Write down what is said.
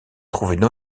trouvaient